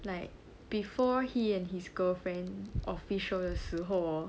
like before he and his girlfriend official 的时候 hor